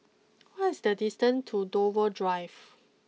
what is the distant to Dover Drive